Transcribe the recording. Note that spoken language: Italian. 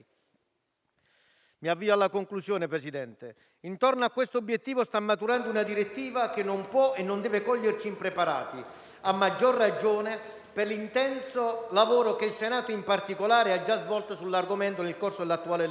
Mi avvio alla conclusione, Presidente. Intorno a questo obiettivo sta maturando una direttiva che non può e non deve coglierci impreparati, a maggior ragione per l'intenso lavoro che il Senato, in particolare, ha già svolto sull'argomento nel corso dell'attuale legislatura.